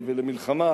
ולמלחמה.